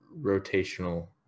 rotational